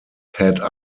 head